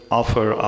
offer